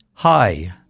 Hi